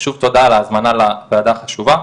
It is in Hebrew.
שוב תודה על ההזמנה לוועדה החשובה.